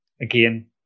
again